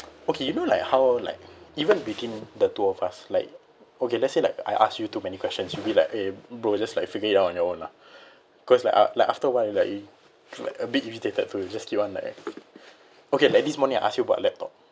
okay you know like how like even between the two of us like okay let's say like I ask you too many questions you'll be like eh bro just like figure it out on your own lah cause like like after a while like we a bit irritated to just keep on like okay like this morning I ask you about laptop